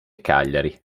cagliari